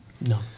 No